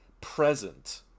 present